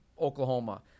Oklahoma